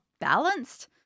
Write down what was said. balanced